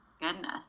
Goodness